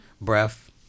breath